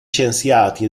scienziati